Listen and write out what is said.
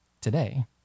today